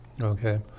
okay